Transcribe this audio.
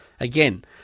Again